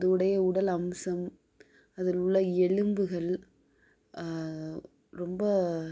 அதோடைய உடல் அம்சம் அதில் உள்ள எலும்புகள் ரொம்ப